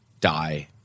die